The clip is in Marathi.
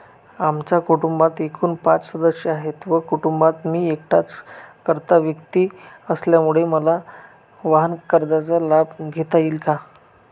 आमच्या कुटुंबात एकूण पाच सदस्य आहेत व कुटुंबात मी एकटाच कर्ता व्यक्ती असल्याने मला वाहनकर्जाचा लाभ घेता येईल का?